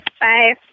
Bye